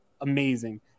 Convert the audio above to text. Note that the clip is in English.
amazing